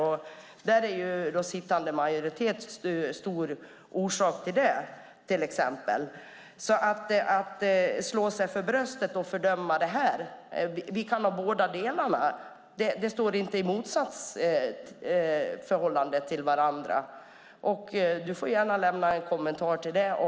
Till det är den sittande majoriteten en stor orsak till exempel. Man kan slå sig för bröstet och fördöma det här, men vi kan ha båda delarna. De står inte i motsatsförhållande till varandra. Du får gärna lämna en kommentar till det.